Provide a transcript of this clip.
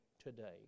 today